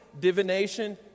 divination